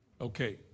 Okay